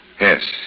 Yes